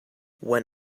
when